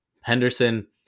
Henderson